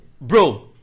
Bro